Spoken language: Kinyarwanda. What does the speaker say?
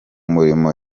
mirimo